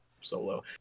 solo